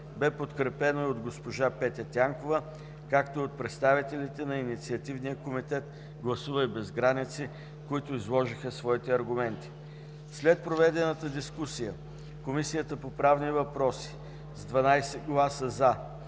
бе подкрепено и от госпожа Петя Тянкова, както и от представителите на Инициативен комитет „Гласувай без граници”, които изложиха своите аргументи. След проведената дискусия, Комисията по правни въпроси с 12 гласа „за”,